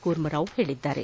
ಕೂರ್ಮಾರಾವ್ ಹೇಳಿದ್ದಾರೆ